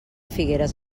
figueres